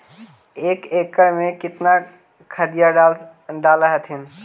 एक एकड़बा मे कितना खदिया डाल हखिन?